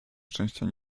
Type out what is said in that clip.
szczęścia